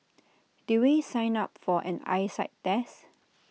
did we sign up for an eyesight test